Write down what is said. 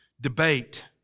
Debate